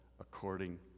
according